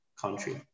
country